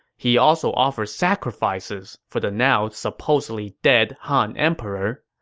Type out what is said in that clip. he also offered sacrifices for the now supposedly dead han emperor.